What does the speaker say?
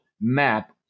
map